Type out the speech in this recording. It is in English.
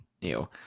ew